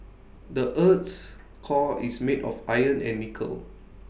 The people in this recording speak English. the Earth's core is made of iron and nickel